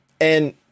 and-